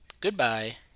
Goodbye